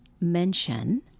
mention